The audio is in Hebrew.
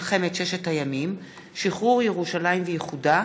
מלחמת ששת הימים, שחרור ירושלים ואיחודה,